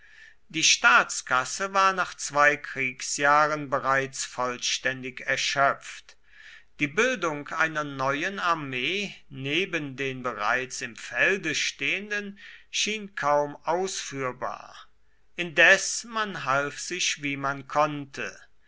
die staatskasse war nach zwei kriegsjahren bereits vollständig erschöpft die bildung einer neuen armee neben den bereits im felde stehenden schien kaum ausführbar indes man half sich wie man konnte